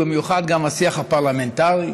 ובמיוחד גם השיח הפרלמנטרי,